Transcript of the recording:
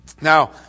Now